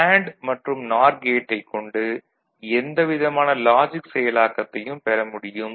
NAND மற்றும் NOR கேட்டைக் கொண்டு எந்த விதமான லாஜிக் செயலாக்கத்தையும் பெற முடியும்